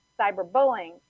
cyberbullying